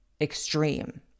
extreme